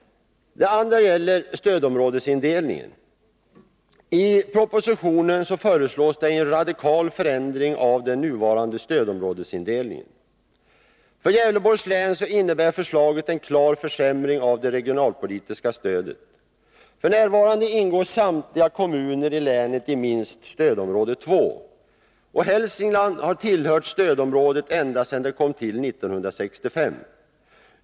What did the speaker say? Det andra gäller inplaceringen i stödområde. I propositionen föreslås en radikal förändring av den nuvarande stödområdesindelningen. För Gävleborgs län innebär förslaget en klar försämring av det regionalpolitiska stödet. F. n. ingår samtliga kommuner i länet i minst stödområde 2. Hälsingland har tillhört stödområdet ända sedan det kom till 1965.